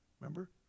Remember